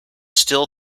still